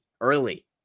Early